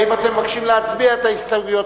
האם אתם מבקשים להצביע על ההסתייגויות,